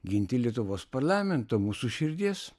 ginti lietuvos parlamento mūsų širdies